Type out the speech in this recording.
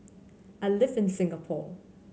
I live in Singapore